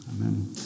Amen